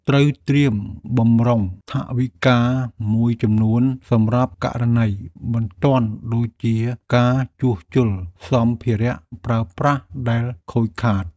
ត្រូវត្រៀមបម្រុងថវិកាមួយចំនួនសម្រាប់ករណីបន្ទាន់ដូចជាការជួសជុលសម្ភារៈប្រើប្រាស់ដែលខូចខាត។